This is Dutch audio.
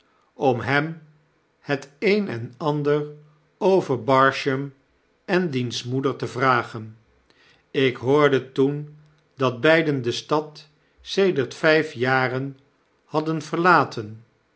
om hem het een en ander over barsham en diens moeder te vragen ik hoorde toen dat beiden de stad sedert vyf jaar hadden verlaten